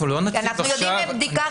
אנחנו לא נגיד עכשיו